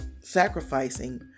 sacrificing